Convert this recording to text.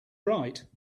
right